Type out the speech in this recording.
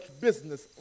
business